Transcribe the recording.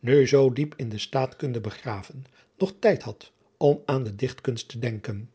nu zoo diep in de staatkunde begraven nog tijd had om aan de ichtkunst te denken